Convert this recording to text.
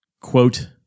Quote